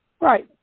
Right